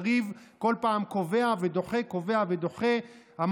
קריב קובע ודוחה, קובע ודוחה בכל פעם.